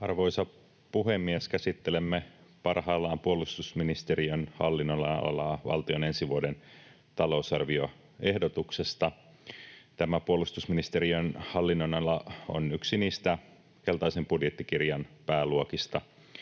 Arvoisa puhemies! Käsittelemme parhaillaan puolustusministeriön hallinnonalaa valtion ensi vuoden talousarvioehdotuksesta. Tämä puolustusministeriön hallinnonala on yksi niistä keltaisen budjettikirjan pääluokista,